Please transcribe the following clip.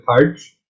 parts